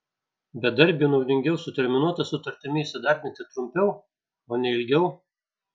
bedarbiui naudingiau su terminuota sutartimi įsidarbinti trumpiau o ne ilgiau